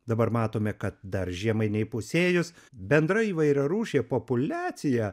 dabar matome kad dar žiemai neįpusėjus bendra įvairiarūšė populiacija